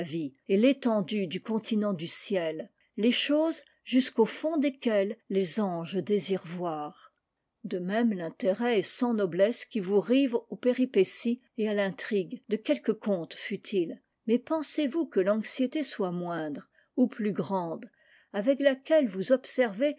et l'étendue du continent du ciel les choses jusqu'au fond desquelles les anges désirent voir de même l'intérêt est sans noblesse qui vous rive aux péripéties et à l'intrigue de quelque conte futile mais pensez-vous que l'anxiété soit moindre ou plus grande avec laquelle vous observez